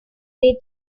they